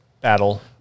battle